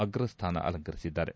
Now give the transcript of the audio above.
ಅಗ್ರಸ್ಥಾನ ಅಲಂಕರಿಸಿದ್ದಾರೆ